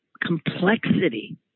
complexity